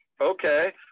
Okay